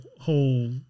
whole